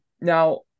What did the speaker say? now